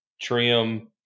trim